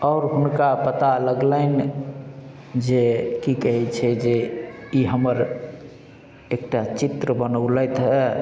आओर हुनका पता लगलनि जे की कहय छै जे ई हमर एकटा चित्र बनौलथि हँ